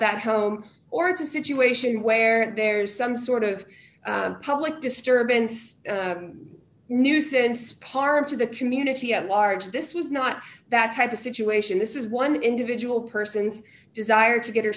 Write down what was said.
that home or it's a situation where there's some sort of public disturbance knew since parts of the community at large this was not that type of situation this is one individual person's desire to get her